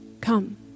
come